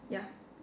ya